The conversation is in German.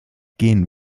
gehen